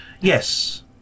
Yes